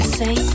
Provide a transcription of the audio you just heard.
say